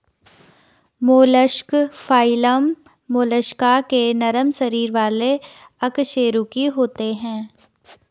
mollusc phylum Mollusca के नरम शरीर वाले अकशेरुकी होते हैं